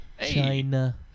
China